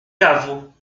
caveau